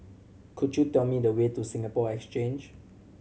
could you tell me the way to Singapore Exchange